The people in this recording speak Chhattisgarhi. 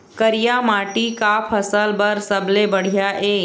करिया माटी का फसल बर सबले बढ़िया ये?